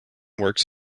works